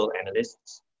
analysts